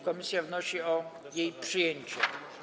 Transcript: Komisja wnosi o jej przyjęcie.